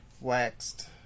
waxed